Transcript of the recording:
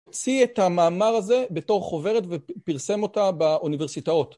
הוציא את המאמר הזה בתור חוברת ופרסם אותה באוניברסיטאות.